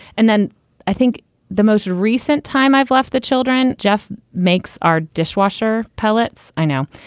and then i think the most recent time i've left the children, jeff makes are dishwasher pellets. i know.